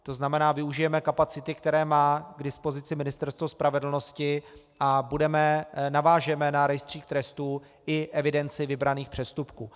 To znamená, využijeme kapacity, které má k dispozici Ministerstvo spravedlnosti, a navážeme na rejstřík trestů i evidenci vybraných přestupků.